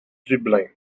dublin